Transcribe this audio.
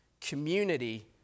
community